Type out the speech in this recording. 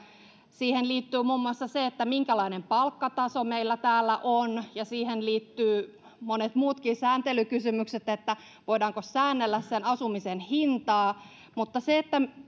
siihen liittyy muun muassa se minkälainen palkkataso meillä täällä on ja siihen liittyvät monet muutkin sääntelykysymykset kuten voidaanko säännellä asumisen hintaa mutta se että